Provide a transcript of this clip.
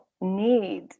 need